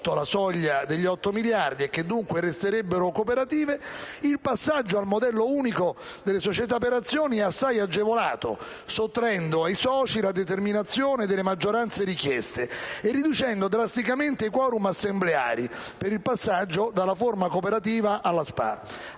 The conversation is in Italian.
sotto la soglia degli otto miliardi, e che dunque resterebbero cooperative, il passaggio al modello unico delle società per azioni è assai agevolato, sottraendo ai soci la determinazione delle maggioranze richieste e riducendo drasticamente i *quorum* assembleari per il passaggio dalla forma cooperativa alla SpA,